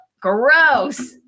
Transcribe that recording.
gross